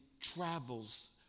travels